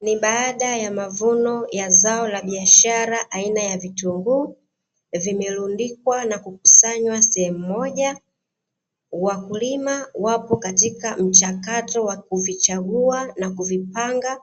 Ni baada ya mavuno ya zao la biashara aina ya vitunguu vimelundikwa na kukusanywa sehemu moja, wakulima wapo katika mchakato wa kuvichagua na kuvipanga